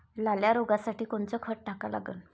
लाल्या रोगासाठी कोनचं खत टाका लागन?